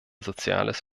soziales